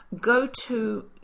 go-to